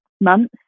months